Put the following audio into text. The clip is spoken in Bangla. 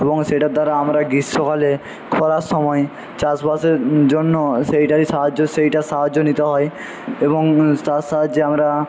এবং সেইটার দ্বারা আমরা গ্রীষ্মকালে খরার সময় চাষবাসের জন্য সেইটারই সাহায্য সেইটার সাহায্য নিতে হয় এবং তার সাহায্যে আমরা